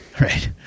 Right